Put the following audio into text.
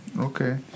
Okay